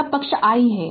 यह पक्ष i है